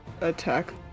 attack